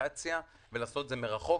דיגיטציה ולעשות את זה מרחוק.